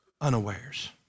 unawares